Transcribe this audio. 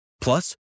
Plus